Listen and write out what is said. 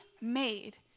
made